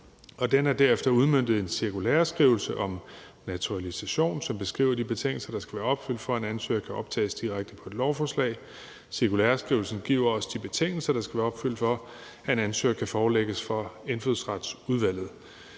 Den er derefter udmøntet i en cirkulæreskrivelse om naturalisation, som beskriver de betingelser, der skal være opfyldt, for at en ansøger kan optages direkte på et lovforslag. Cirkulæreskrivelsen giver også de betingelser, der skal være opfyldt, for at en ansøgning kan forelægges for Indfødsretsudvalget.